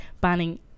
banning